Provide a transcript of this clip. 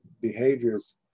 behaviors